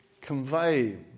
convey